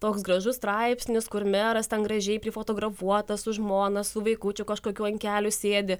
toks gražus straipsnis kur meras ten gražiai prifotografuotas su žmona su vaikučiu kažkokiu ant kelių sėdi